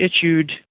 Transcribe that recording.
issued